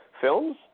films